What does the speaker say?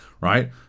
right